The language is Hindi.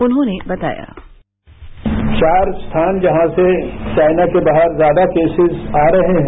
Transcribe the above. उन्होंने बताया चार स्थान जहां से चाइना के बाहर ज्यादा करोज आ रहे हैं